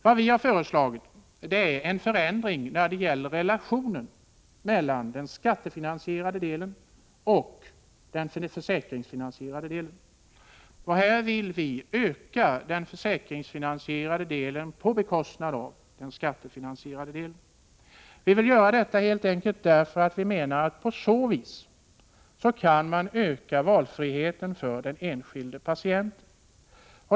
Vad vi föreslagit är en förändring beträffande relationen mellan den skattefinansierade delen och den försäkringsfinansierade delen. Vi vill öka den försäkringsfinansierade delen på bekostnad av den skattefinansierade delen. Vi vill göra detta helt enkelt därför att vi på detta sätt kan öka valfriheten för den enskilda patienten.